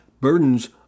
burdens